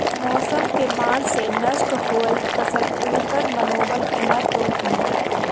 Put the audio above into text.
मौसम के मार से नष्ट होयल फसल उनकर मनोबल के न तोड़ हई